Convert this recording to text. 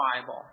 Bible